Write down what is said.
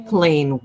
Plain